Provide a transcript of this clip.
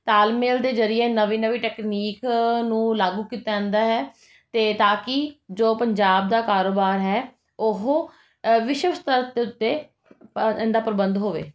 ਤਾਲਮੇਲ ਦੇ ਜ਼ਰੀਏ ਨਵੀਂ ਨਵੀਂ ਟੈਕਨੀਕ ਨੂੰ ਲਾਗੂ ਕੀਤਾ ਜਾਂਦਾ ਹੈ ਅਤੇ ਤਾਂ ਕਿ ਜੋ ਪੰਜਾਬ ਦਾ ਕਾਰੋਬਾਰ ਹੈ ਉਹ ਵਿਸ਼ਵਸਤਰ ਤੇ ਉੱਤੇ ਇਹਦਾ ਪ੍ਰਬੰਧ ਹੋਵੇ